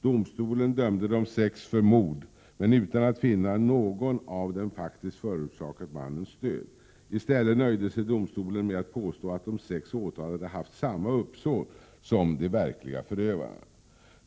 Domstolen dömde de sex för mord, men utan att finna att någon av dem faktiskt förorsakat mannens död. I stället nöjde sig domstolen med att påstå att de sex åtalade haft samma uppsåt som de verkliga förövarna.